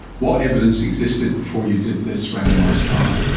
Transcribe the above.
what evidence existed before you did this randomised trial?